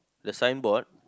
the signboard